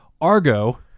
Argo